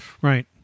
Right